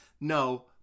No